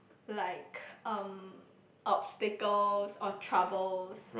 like um obstacles or troubles